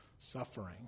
suffering